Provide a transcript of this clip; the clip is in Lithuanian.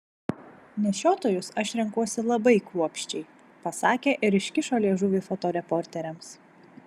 nešiotojus aš renkuosi labai kruopščiai pasakė ir iškišo liežuvį fotoreporteriams